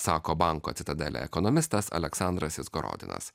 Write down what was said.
sako banko citadele ekonomistas aleksandras izgorodinas